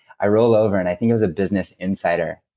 i roll over, and i think it was a business insider.